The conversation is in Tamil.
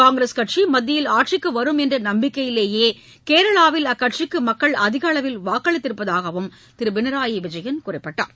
காங்கிரஸ் கட்சி மத்தியில் ஆட்சிக்கு வரும் என்ற நம்பிக்கையிலேயே கேரளாவில் அக்கட்சிக்கு மக்கள் அதிக அளவில் வாக்களித்திருப்பதாகவும் திரு பினராயி விஜயன் குறிப்பிட்டார்